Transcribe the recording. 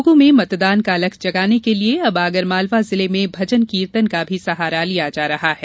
लोगों में मतदान का अलख जगाने के लिये अब आगरमालवा जिले में भजन कीर्तन का भी सहारा लिया जा रहा है